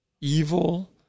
evil